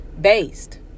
based